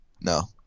No